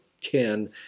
ten